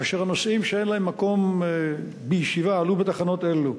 אשר הנוסעים שאין להם מקום בישיבה עלו בתחנות אלו.